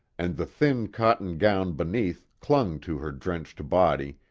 and the thin cotton gown beneath clung to her drenched body,